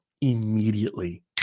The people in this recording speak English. immediately